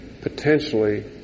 potentially